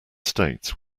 states